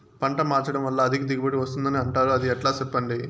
పంట మార్చడం వల్ల అధిక దిగుబడి వస్తుందని అంటారు అది ఎట్లా సెప్పండి